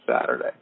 Saturday